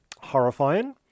horrifying